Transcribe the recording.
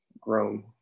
grown